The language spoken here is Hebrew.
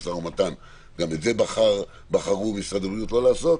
למשא ומתן גם את זה בחרו משרד הבריאות לא לעשות.